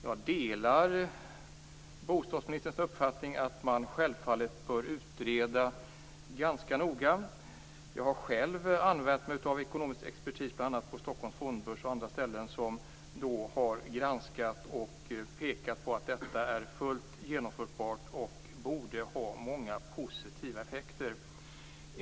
Jag delar bostadsministerns uppfattning att man självfallet ganska noggrant bör utreda. Jag har själv använt mig av ekonomisk expertis bl.a. från Stockholms fondbörs och andra ställen som efter en granskning har pekat på att förslaget är fullt genomförbart och borde ha många positiva effekter.